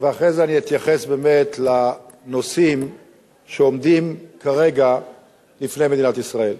ואחרי זה אתייחס באמת לנושאים שעומדים כרגע לפני מדינת ישראל.